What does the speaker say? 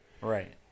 Right